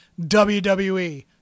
WWE